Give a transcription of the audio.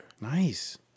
Nice